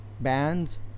bands